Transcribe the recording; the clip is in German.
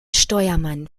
steuermann